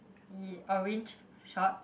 ye~ orange shorts